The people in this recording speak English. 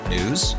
News